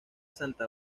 santa